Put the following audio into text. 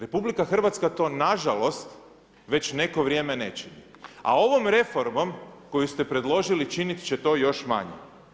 RH to nažalost već neko vrijeme ne čini, a ovom reformom koju ste predložili, činit će to još manje.